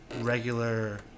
regular